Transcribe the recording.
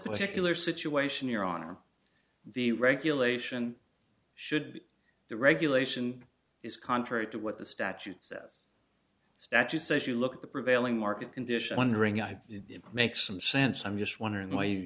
particular situation here on the regulation should be the regulation is contrary to what the statute says statute says you look at the prevailing market condition wondering i make some sense i'm just wondering why you